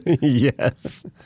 Yes